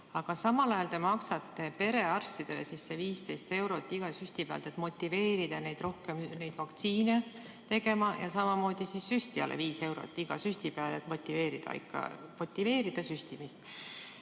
Aga samal ajal te maksate perearstidele 15 eurot iga süsti pealt, et motiveerida neid rohkem vaktsineerima, ja samamoodi maksate süstijatele 5 eurot iga süsti pealt, et motiveerida süstimist.